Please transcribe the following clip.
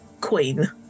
queen